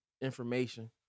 information